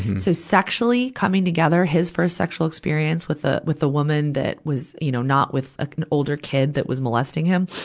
so sexually, coming together, his sexual experience with a, with a woman that was, you know, not with a, an older kid that was molesting him,